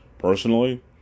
Personally